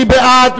מי בעד?